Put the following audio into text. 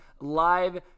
Live